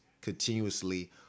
continuously